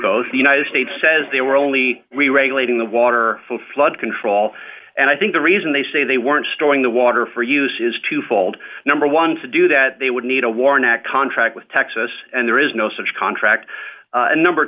both the united states says they were only reregulating the water for flood control and i think the reason they say they weren't storing the water for use is twofold number one to do that they would need a warrant at contract with texas and there is no such contract and number